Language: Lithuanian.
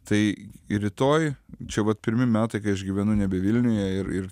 tai rytoj čia vat pirmi metai kai aš gyvenu nebe vilniuje ir ir